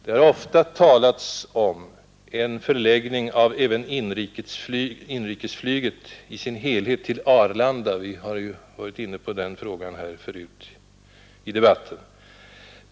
Det har ofta talats om en förläggning av även inrikesflyget i dess helhet till Arlanda. Vi har varit inne på den frågan förut i debatten.